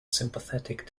sympathetic